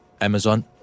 amazon